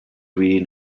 really